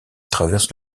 traverse